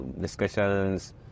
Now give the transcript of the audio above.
discussions